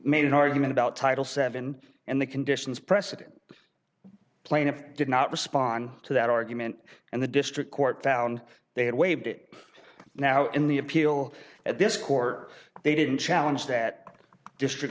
made an argument about title seven and the conditions precedent plaintiff did not respond to that argument and the district court found they had waived it now in the appeal at this court they didn't challenge that district